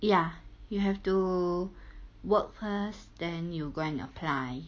ya you have to work first then you go and apply